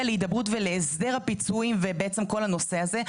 להידברות ולהסדר הפיצויים ובעצם כל הנושא הזה,